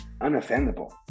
unoffendable